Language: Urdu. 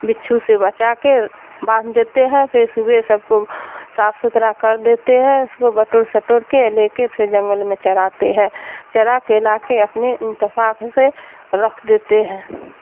بچھو سے بچا کے بانھ دیتے ہیں پھر صبح سب کو صاف ستھرا کر دیتے ہیں اس کو بٹور سٹور کے لے کے پھر جنگل میں چراتے ہیں چرا کے لا کے اپنے انتفاک سے رکھ دیتے ہیں